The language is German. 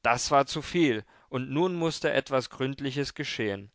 das war zu viel und nun mußte etwas gründliches geschehen